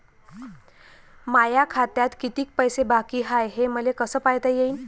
माया खात्यात कितीक पैसे बाकी हाय हे मले कस पायता येईन?